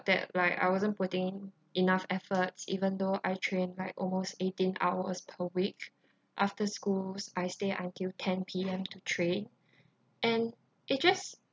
that like I wasn't putting enough efforts even though I train like almost eighteen hours per week after school I stay until ten P_M to train and it just